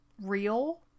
real